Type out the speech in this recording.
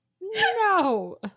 no